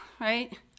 right